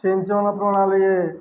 ସିଞ୍ଚନ ପ୍ରଣାଳୀ